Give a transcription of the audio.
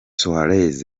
suarez